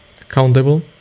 Accountable